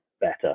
better